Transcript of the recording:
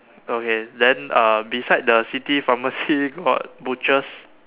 okay then uh beside the city pharmacy got butchers